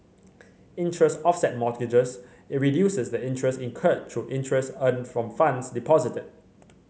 interest offset mortgages reduces the interest incurred through interest earned from funds deposited